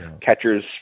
catchers